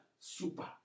super